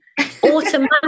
Automatically